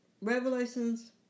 Revelations